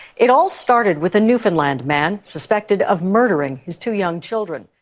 it all started with a newfoundland man suspected of murdering his two young children.